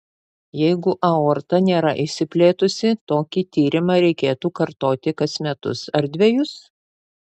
jeigu aorta nėra išsiplėtusi tokį tyrimą reikėtų kartoti kas metus ar dvejus